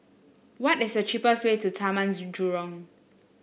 what is the cheapest way to Taman Jurong